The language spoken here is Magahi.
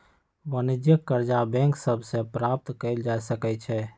वाणिज्यिक करजा बैंक सभ से प्राप्त कएल जा सकै छइ